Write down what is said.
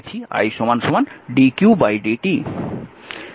তাই dq idt